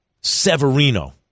Severino